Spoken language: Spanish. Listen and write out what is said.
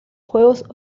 juegos